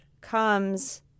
comes